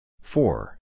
Four